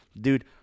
Dude